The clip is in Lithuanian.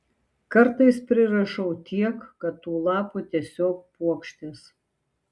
kartais prirašau tiek kad tų lapų tiesiog puokštės